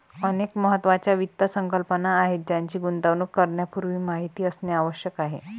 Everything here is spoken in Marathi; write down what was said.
अनेक महत्त्वाच्या वित्त संकल्पना आहेत ज्यांची गुंतवणूक करण्यापूर्वी माहिती असणे आवश्यक आहे